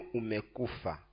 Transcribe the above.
umekufa